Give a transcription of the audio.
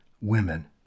women